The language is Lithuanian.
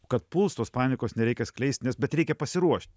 kad puls tos panikos nereikia skleist nes bet reikia pasiruošt